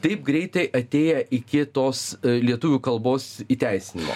taip greitai atėję iki tos lietuvių kalbos įteisinimo